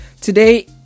Today